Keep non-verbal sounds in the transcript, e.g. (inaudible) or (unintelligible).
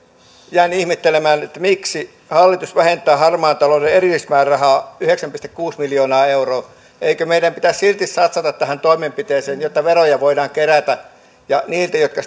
jään ihmettelemään miksi hallitus vähentää harmaan talouden erillismäärärahaa yhdeksän pilkku kuusi miljoonaa euroa eikö meidän pitäisi silti satsata näihin toimenpiteisiin jotta veroja voidaan kerätä pois niiltä jotka (unintelligible)